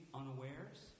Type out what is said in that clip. unawares